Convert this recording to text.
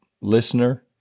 listener